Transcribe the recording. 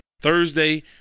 Thursday